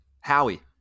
Howie